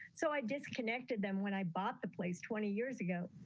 so i disconnected them when i bought the place twenty years ago.